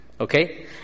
Okay